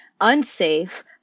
unsafe